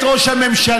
את ראש הממשלה?